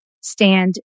stand